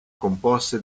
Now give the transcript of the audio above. composte